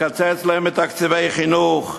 לקצץ להם את תקציבי החינוך,